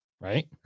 Right